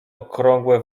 okrągłe